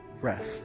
rest